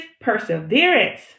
perseverance